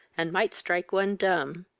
and might strike one dumb.